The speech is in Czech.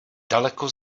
daleko